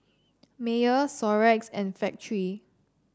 Mayer Xorex and Factorie